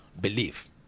Believe